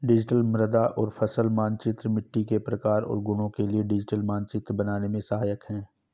digital मृदा और फसल मानचित्रण मिट्टी के प्रकार और गुणों के लिए डिजिटल मानचित्र बनाने में सहायक है